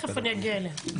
תיכף אני אגיע אליה.